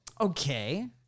Okay